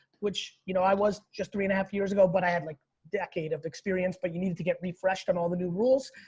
which you know i was just three and a half years ago but i had like decade of experience but you needed to get refreshed on all the new rules.